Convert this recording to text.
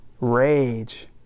Rage